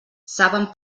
saben